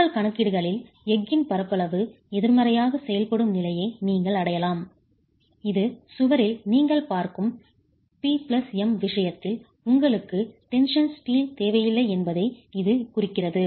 உங்கள் கணக்கீடுகளில் எஃகின் பரப்பளவு எதிர்மறையாக செயல்படும் நிலையை நீங்கள் அடையலாம் இது சுவரில் நீங்கள் பார்க்கும் PM விஷயத்தில் உங்களுக்கு டென்ஷன் ஸ்டீல் தேவையில்லை என்பதை இது குறிக்கிறது